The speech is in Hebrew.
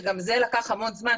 שגם זה לקח המון זמן.